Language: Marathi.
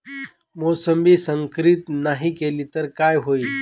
मोसंबी संकरित नाही केली तर काय होईल?